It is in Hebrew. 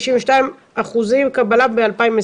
92% קבלה ב-2021.